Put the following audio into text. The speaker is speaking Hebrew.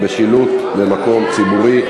פנייה שוויונית בשילוט במקום ציבורי).